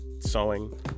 sewing